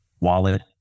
wallet